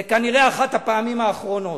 זה כנראה אחת הפעמים האחרונות.